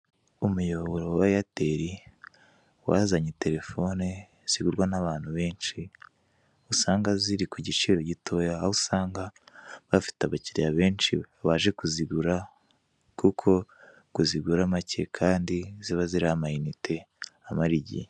Umuyoboro wa eyateri, wazanye telefone zigurwa n'abantu benshi, usanga ziri ku giciro gitoya, aho usanga bafite abakiliya benshi baje kuzigura kuko ngo zigura make kandi ziba ziriho amayinite amara igihe.